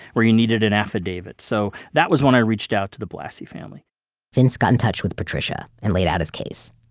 where you needed an affidavit. so that was when i reached out to the blassi family vince got in touch with patricia, and laid out his case.